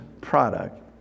product